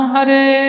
Hare